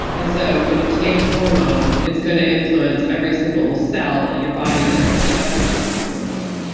and so when you take a hormone, it's going to influence every single cell in your body that has receptors for those hormones.